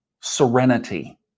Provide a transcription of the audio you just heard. serenity